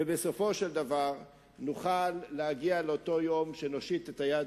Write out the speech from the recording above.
ובסופו של דבר נוכל להגיע לאותו יום שנושיט את היד